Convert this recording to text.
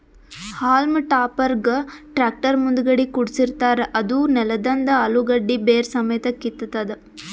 haulm ಟಾಪರ್ಗ್ tractor ಮುಂದಗಡಿ ಕುಡ್ಸಿರತಾರ್ ಅದೂ ನೆಲದಂದ್ ಅಲುಗಡ್ಡಿ ಬೇರ್ ಸಮೇತ್ ಕಿತ್ತತದ್